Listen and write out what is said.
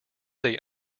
they